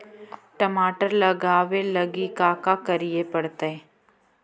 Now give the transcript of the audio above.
टमाटर लगावे लगी का का करये पड़तै?